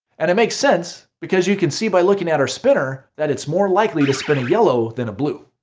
and it makes sense, because you can see by looking at our spinner that it's more likely to spin a yellow than a blue.